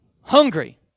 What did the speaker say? Hungry